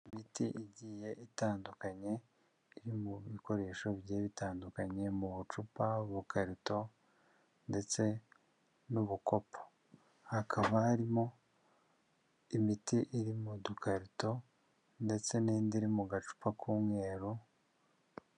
Imiti igiye itandukanye, iri mu bikoresho bigiye bitandukanye, mu bucupa, ubukarito ndetse n'ubukopo hakaba harimo imiti iri mu dukarito ndetse n'indi iri mu gacupa k'umweru.